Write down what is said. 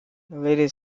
lady